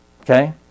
Okay